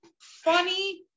funny